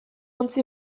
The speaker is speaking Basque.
ontzi